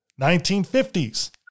1950s